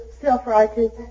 self-righteous